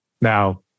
Now